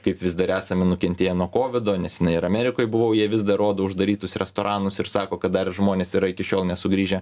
kaip vis dar esame nukentėję nuo kovido nesenai ir amerikoj buvau jie vis dar rodo uždarytus restoranus ir sako kad dar žmonės yra iki šiol nesugrįžę